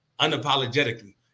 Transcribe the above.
unapologetically